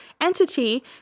entity